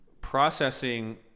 processing